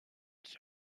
qui